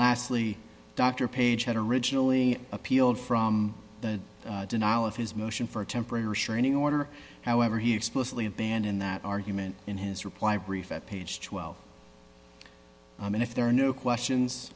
lastly dr paige had originally appealed from the denial of his motion for a temporary restraining order however he explicitly banned in that argument in his reply brief at page twelve and if there are new questions